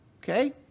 Okay